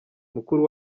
mukuru